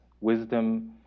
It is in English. wisdom